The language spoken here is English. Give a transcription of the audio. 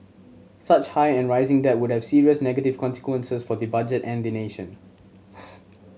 such high and rising debt would have serious negative consequences for the budget and the nation